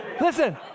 Listen